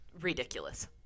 ridiculous